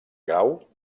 grau